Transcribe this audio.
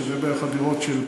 שזה בערך הדירות של פעם,